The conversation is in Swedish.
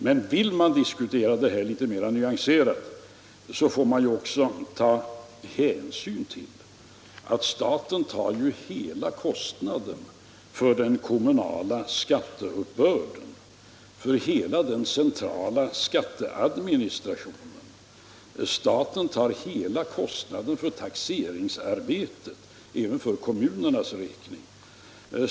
Men vill man diskutera detta litet mer nyanserat, så får man också ta hänsyn till att staten ju tar hela kostnaden för den kommunala skatteuppbörden, för den centrala skatteadministrationen. Staten tar hela kostnaden för taxeringsarbetet, även för kommunernas räkning.